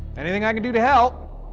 anything i can do to help.